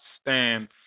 stand